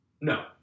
No